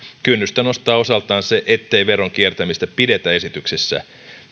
kynnystä nostaa osaltaan se ettei veronkiertämistä pidetä esityksessä